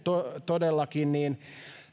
todellakin